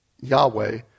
Yahweh